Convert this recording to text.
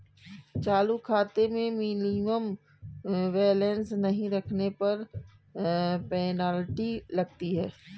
चालू खाते में मिनिमम बैलेंस नहीं रखने पर पेनल्टी लगती है